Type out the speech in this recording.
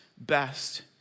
best